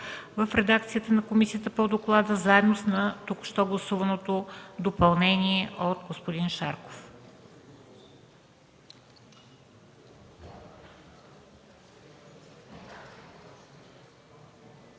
в редакцията на комисията по доклада, заедно с току-що гласуваното допълнение от господин Шарков.